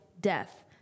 death